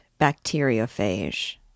bacteriophage